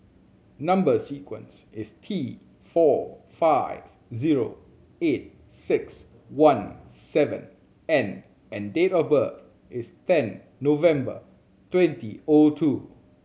number sequence is T four five zero eight six one seven N and date of birth is ten November twenty O two